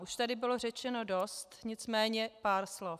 Už tady bylo řečeno dost, nicméně pár slov.